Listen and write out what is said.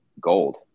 gold